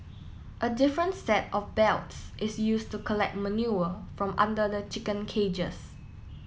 a different set of belts is used to collect manure from under the chicken cages